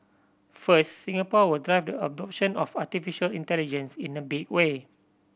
first Singapore will drive the adoption of artificial intelligence in a big way